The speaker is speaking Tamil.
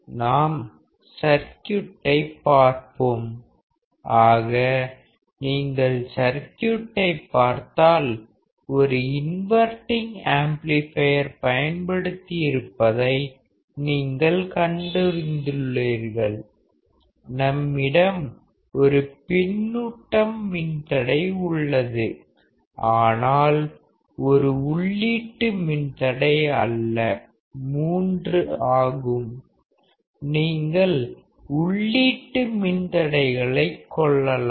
நாம் சர்க்யூட்டைப் பார்ப்போம் ஆக நீங்கள் சர்க்யூட்டைப் பார்த்தால் ஒரு இன்வர்டிங் ஆம்ப்ளிபையர் பயன்படுத்தியிருப்பதை நீங்கள் கண்டறிந்துள்ளீர்கள் நம்மிடம் ஒரு பின்னூட்டம மின்தடை உள்ளது ஆனால் ஒரு உள்ளீட்டு மின்தடை அல்ல 3 ஆகும் நீங்கள் n உள்ளீட்டு மின்தடைகளைக் கொள்ளலாம்